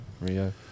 Rio